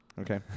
Okay